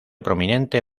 prominente